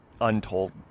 Untold